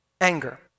Anger